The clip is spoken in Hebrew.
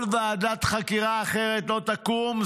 כל ועדת חקירה אחרת לא תקום,